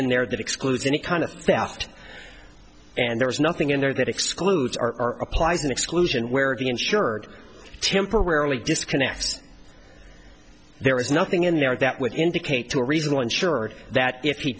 in there that excludes any kind of theft and there is nothing in there that excludes are applies an exclusion where the insured temporarily disconnects there is nothing in there that would indicate to a reasonable insurer that if he